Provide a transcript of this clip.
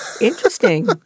Interesting